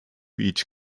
each